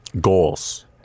Goals